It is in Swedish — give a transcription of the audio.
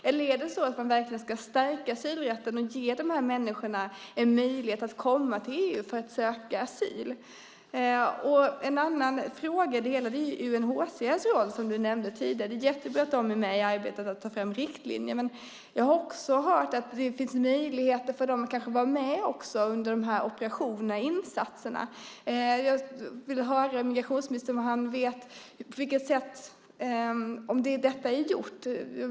Eller ska man stärka asylrätten och ge människorna möjlighet att komma till EU för att söka asyl? En annan fråga gäller UNHCR:s roll, som du nämnde tidigare. Det är jättebra att de är med i arbetet med att ta fram riktlinjer, men jag har också hört att det finns möjligheter för dem att vara med under operationerna och insatserna. Jag vill höra vad migrationsministern vet om detta.